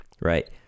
right